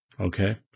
okay